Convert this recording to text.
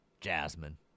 Jasmine